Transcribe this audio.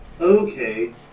okay